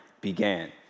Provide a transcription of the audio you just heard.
began